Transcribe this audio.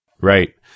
Right